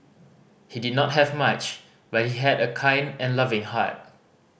he did not have much but he had a kind and loving heart